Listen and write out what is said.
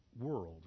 world